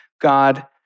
God